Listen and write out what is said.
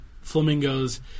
flamingos